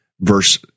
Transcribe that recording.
Verse